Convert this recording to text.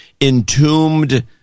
entombed